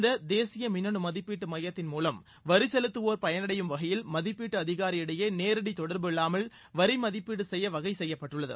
இந்த தேசிய மின்னனு மதிப்பீட்டு மையத்தின் மூலம் வரி செலுத்துவோர் பயனடையும் வகையில் மதிப்பீட்டு அதிகாரி இடையே நேரடி தொடர்பு இல்லாமல் வரி மதிப்பீடு செய்ய வகை செய்யப்பட்டுள்ளது